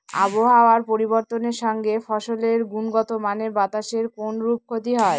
আবহাওয়ার পরিবর্তনের সঙ্গে ফসলের গুণগতমানের বাতাসের কোনরূপ ক্ষতি হয়?